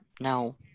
no